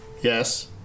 Yes